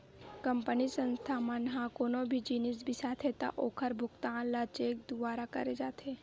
company, संस्था मन ह कोनो भी जिनिस बिसाथे त ओखर भुगतान ल चेक दुवारा करे जाथे